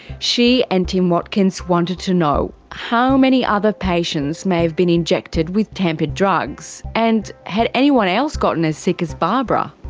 she and tim watkins wanted to know how many other patients may have been injected with tampered drugs, and had anyone else gotten as sick as barbara?